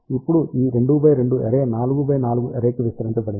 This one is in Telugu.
ఇప్పుడు ఈ 2x2 అర్రే 4x4 అర్రే కి విస్తరించబడింది